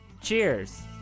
Cheers